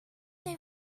they